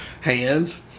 Hands